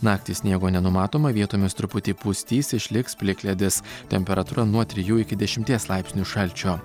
naktį sniego nenumatoma vietomis truputį pustys išliks plikledis temperatūra nuo trijų iki dešimties laipsnių šalčio